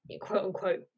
quote-unquote